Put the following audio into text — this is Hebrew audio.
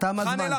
--- תם הזמן.